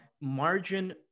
margin